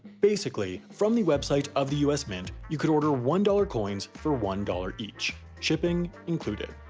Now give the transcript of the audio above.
basically, from the website of the us mint, you could order one dollar coins for one dollar each shipping included.